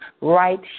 right